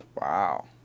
Wow